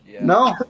No